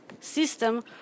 system